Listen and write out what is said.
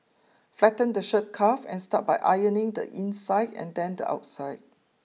flatten the shirt cuff and start by ironing the inside and then the outside